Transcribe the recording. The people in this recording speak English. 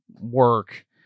work